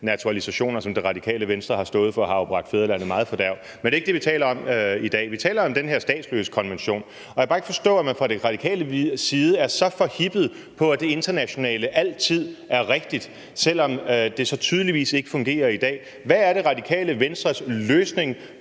naturalisationer, som Det Radikale Venstre har stået for, har jo bragt fædrelandet meget i fordærv, men det er jo ikke det, vi taler om i dag. Vi taler om den her statsløsekonvention, og jeg kan bare ikke forstå, at man fra De Radikales side er så forhippet på, at det internationale altid er rigtigt, selv om det så tydeligvis ikke fungerer i dag. Hvad er Det Radikale Venstres løsning